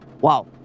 wow